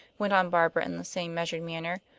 went on barbara in the same measured manner,